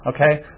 Okay